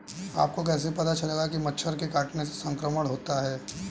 आपको कैसे पता चलेगा कि मच्छर के काटने से संक्रमण होता है?